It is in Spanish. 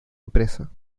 empresa